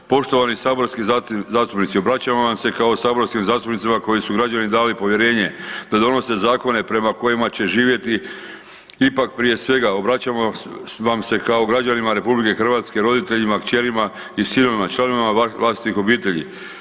Poštovani saborski zastupnici obraćamo vam se kao saborskim zastupnicima kojima su građani dali povjerenje da donose zakone prema kojima će živjeti ipak prije svega obraćamo vam se kao građanima RH, roditeljima, kćerima i sinovima, članovima vaših obitelji.